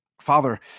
father